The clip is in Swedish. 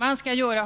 Man skall